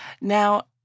Now